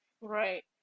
Right